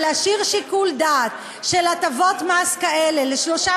אבל להשאיר שיקול דעת של הטבות מס כאלה לשלושה